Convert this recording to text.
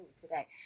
Today